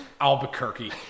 Albuquerque